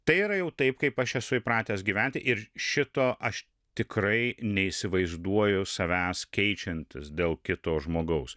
tai yra jau taip kaip aš esu įpratęs gyventi ir šito aš tikrai neįsivaizduoju savęs keičiantis dėl kito žmogaus